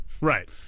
Right